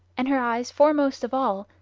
and her eyes foremost of all,